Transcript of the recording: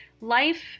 life